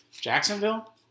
Jacksonville